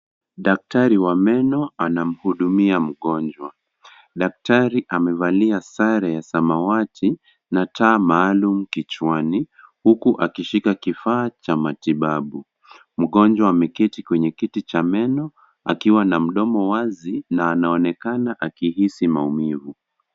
Daktari wa meno anamuhudumia mgonjwa. Daktari amevalia sare ya samawati, na taa maalum kichwani, huku akishika kifaa cha matibabu. Mgonjwa ameketi kwenye kiti cha meno, akiwa na mdomo wazi, na anaonekana akihisi maumivu.